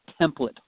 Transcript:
template